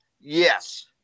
yes